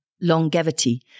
longevity